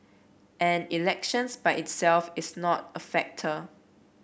and elections by itself is not a factor